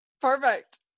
Perfect